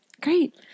Great